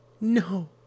No